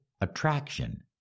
attraction